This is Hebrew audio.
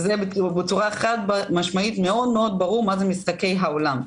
זה בצורה חד-משמעית מאוד ברור מה זה משחקי העולם.